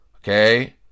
Okay